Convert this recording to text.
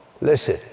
Listen